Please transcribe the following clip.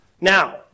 Now